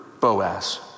Boaz